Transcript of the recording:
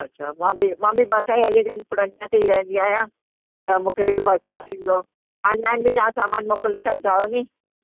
अछा मां बि मां बि भरसां ई अलीगंज में ई रहंदी आहियां त मूंखे बि भरसां थींदो ऑनलाइन बि तव्हां सामानु मोकिले छॾींदव न